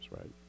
right